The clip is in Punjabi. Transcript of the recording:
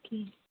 ਠੀਕ